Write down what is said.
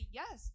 yes